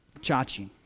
Chachi